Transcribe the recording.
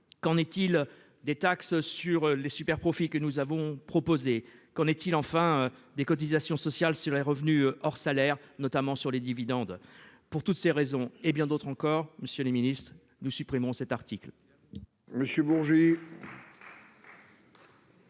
Qu'en est-il des taxe sur les superprofits, que nous avons proposé qu'en est-il enfin des cotisations sociales sur les revenus hors salaires notamment sur les dividendes. Pour toutes ces raisons et bien d'autres encore Monsieur le Ministre, nous supprimons cet article.